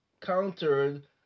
countered